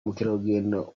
mukerarugendo